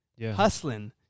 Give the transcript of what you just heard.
hustling